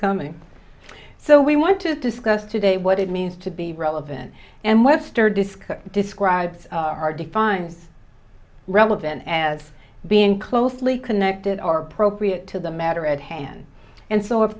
coming so we want to discuss today what it means to be relevant and webster disc describes are defined relevant as being closely connected are appropriate to the matter at hand and so of